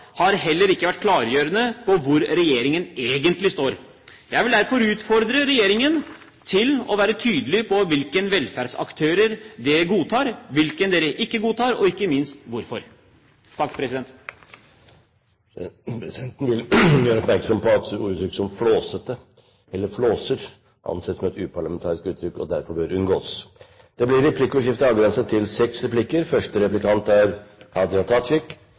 har heller ikke vært klargjørende når det gjelder hvor regjeringen egentlig står. Jeg vil derfor utfordre regjeringen til å være tydelig på hvilke velferdsaktører den godtar, og hvilke den ikke godtar, og ikke minst hvorfor. Presidenten vil gjøre oppmerksom på at uttrykk som «flåsete» eller «flåser» anses som uparlamentariske, og derfor bør unngås. Det blir replikkordskifte.